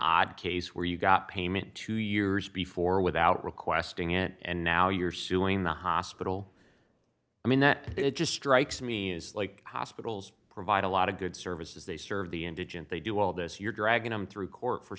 odd case where you got payment two years before without requesting it and now you're suing the hospital i mean that it just strikes me as like hospitals provide a lot of good services they serve the indigent they do all this you're dragging them through court for